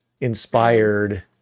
inspired